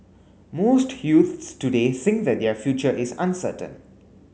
most youths today think that their future is uncertain